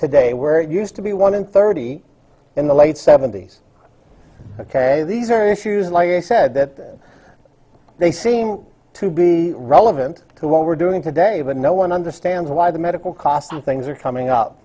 today where it used to be one in thirty in the late seventy's ok these are issues like i said that they seem to be relevant to what we're doing today but no one understands why the medical costs on things are coming up